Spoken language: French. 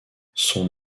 son